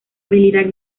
habilidad